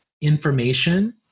information